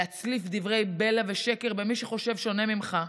להצליף דברי בלע ושקר במי שחושב שונה ממך,